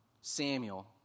Samuel